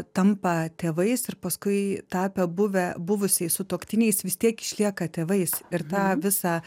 tampa tėvais ir paskui tapę buvę buvusiais sutuoktiniais vis tiek išlieka tėvais ir tą visą